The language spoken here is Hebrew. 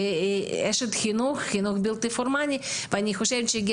כאשת חינוך בלתי פורמלי ואני חושבת שהגיע